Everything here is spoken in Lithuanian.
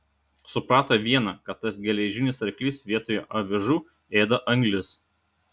suprato viena kad tas geležinis arklys vietoje avižų ėda anglis